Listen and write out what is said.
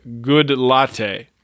Goodlatte